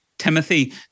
Timothy